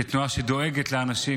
כתנועה שדואגת לאנשים,